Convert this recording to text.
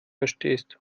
verstehst